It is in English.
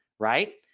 right.